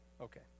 Okay